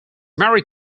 married